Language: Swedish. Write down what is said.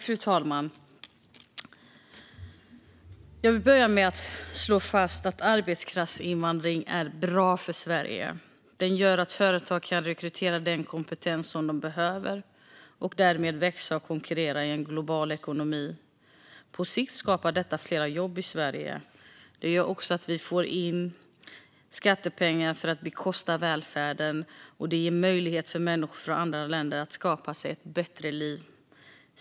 Fru talman! Jag vill börja med att slå fast att arbetskraftsinvandring är bra för Sverige. Den gör att företag kan rekrytera den kompetens som de behöver och därmed växa och konkurrera i en global ekonomi. På sikt skapar detta fler jobb i Sverige. Den gör också att vi får in skattepengar för att bekosta välfärden, och det ger möjlighet för människor från andra länder att skapa sig ett bättre liv.